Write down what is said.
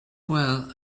well